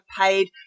paid